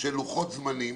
לוחות זמנים.